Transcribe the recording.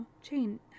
Chain